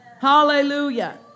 Hallelujah